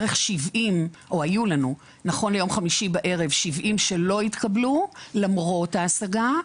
היו לנו נכון ליום חמישי בערב 70 שלא התקבלו למרות ההשגה,